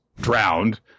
drowned